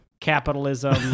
capitalism